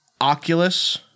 oculus